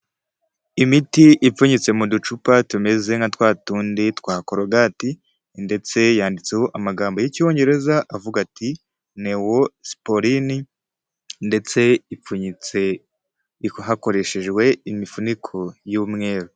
Imiti ipfunyitse mu ducupa tumeze nka twa tundi twa korogati ndetse yanditseho amagambo y'icyongereza avuga ati newosipolini ndetse ipfunyitse hakoreshejwe imifuniko y'umweru.